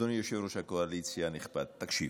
אדוני יושב-ראש הקואליציה הנכבד, תקשיב: